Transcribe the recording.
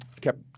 kept